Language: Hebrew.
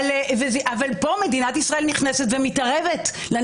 אבל פה מדינת ישראל נכנסת ומתערבת לנו,